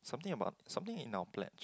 something about something in our pledge